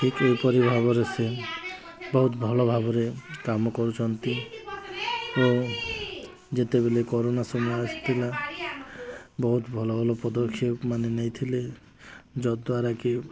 ଠିକ୍ ଏହିପରି ଭାବରେ ସେ ବହୁତ ଭଲ ଭାବରେ କାମ କରୁଛନ୍ତି ଓ ଯେତେବେଳେ କୋରୋନା ସମୟ ଆସିଥିଲା ବହୁତ ଭଲ ଭଲ ପଦକ୍ଷେପ ମାନେ ନେଇଥିଲେ ଯାଦ୍ୱାରା କି